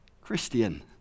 Christian